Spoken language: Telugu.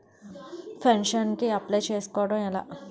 పెన్షన్ కి అప్లయ్ చేసుకోవడం ఎలా?